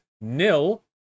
nil